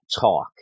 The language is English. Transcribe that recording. talk